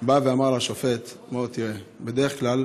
בא ואמר לשופט: בדרך כלל